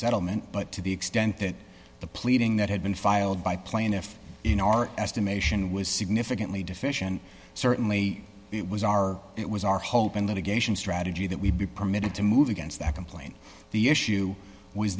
settlement but to the extent that the pleading that had been filed by plaintiff in our estimation was significantly deficient certainly it was our it was our hope and litigation strategy that we be permitted to move against that complaint the issue was